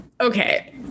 okay